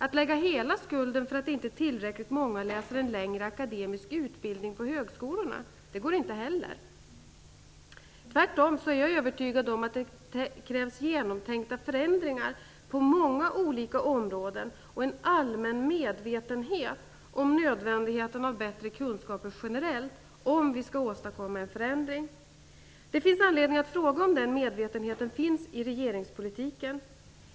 Att lägga hela skulden på högskolorna för att inte tillräckligt många läser en längre akademisk utbildning går inte heller. Tvärtom är jag övertygad om att det krävs genomtänkta förändringar på många olika områden och en allmän medvetenhet om nödvändigheten av bättre kunskaper generellt om vi skall åstadkomma en förändring. Det finns anledning att fråga om den medvetenheten finns i regeringspolitiken.